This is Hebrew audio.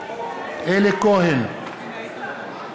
בעד אלי כהן, אינו נוכח יצחק כהן,